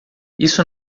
isso